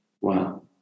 Wow